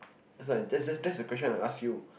it's like that's that's the question I ask you